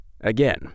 Again